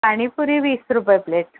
पाणीपुरी वीस रूपये प्लेट